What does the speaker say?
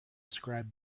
described